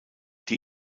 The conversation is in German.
die